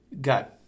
got